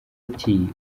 ati